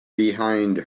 behind